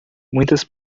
muitas